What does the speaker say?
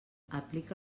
aplica